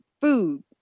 food